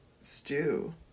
stew